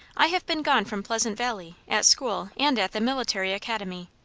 i have been gone from pleasant valley, at school and at the military academy,